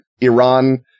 Iran